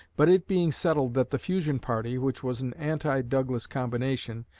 but it being settled that the fusion party which was an anti-douglas combination,